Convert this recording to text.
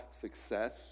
success